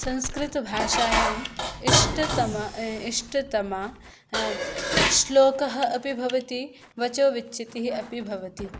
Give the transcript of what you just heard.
संस्कृतभाषायाम् इष्टतम इष्टतमा श्लोकः अपि भवति वचोविच्चित्तिः अपि भवति